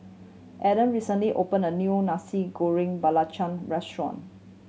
Aedan recently opened a new Nasi Goreng Belacan restaurant